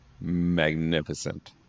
magnificent